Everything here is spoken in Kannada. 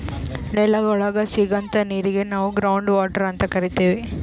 ನೆಲದ್ ಒಳಗ್ ಸಿಗಂಥಾ ನೀರಿಗ್ ನಾವ್ ಗ್ರೌಂಡ್ ವಾಟರ್ ಅಂತ್ ಕರಿತೀವ್